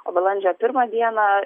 o balandžio pirmą dieną